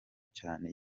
cyane